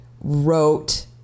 Wrote